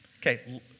Okay